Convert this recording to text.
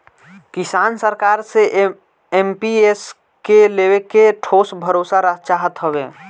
किसान सरकार से एम.पी.एस के लेके ठोस भरोसा चाहत हवे